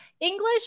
English